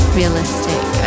realistic